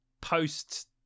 post